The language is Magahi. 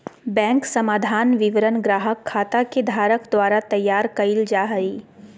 बैंक समाधान विवरण ग्राहक खाता के धारक द्वारा तैयार कइल जा हइ